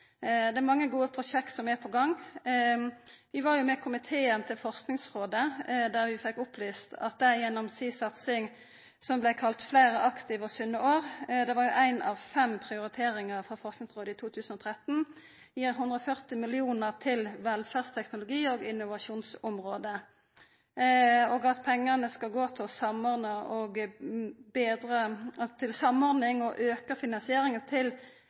Det er mange gode prosjekt som er på gang. Vi var med komiteen til Forskingsrådet, der vi fekk opplyst at dei gjennom si satsing som blei kalla Flere aktive og sunne år – det var jo ei av fem prioriteringar frå Forskingsrådet i 2013 – gir 140 mill. kr til velferdsteknologi- og innovasjonsområdet. Pengane skal gå til samordning og auka finansieringa til